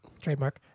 trademark